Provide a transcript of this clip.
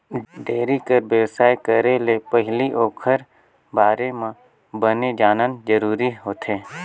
dairy कर बेवसाय करे ले पहिली ओखर बारे म बने जानना जरूरी होथे